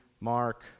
Mark